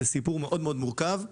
זה סיפור מאוד מאוד מורכב.